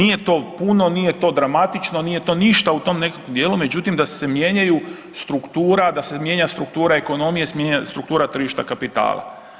Nije to puno, nije to dramatično nije to ništa u tom nekakvom dijelu međutim da se mijenjaju struktura, da se mijenja struktura ekonomije, mijenja struktura tržišta kapitala.